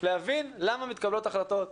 להבין למה מתקבלות החלטות.